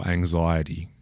Anxiety